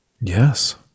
Yes